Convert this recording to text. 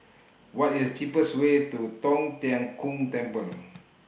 What IS The cheapest Way to Tong Tien Kung Temple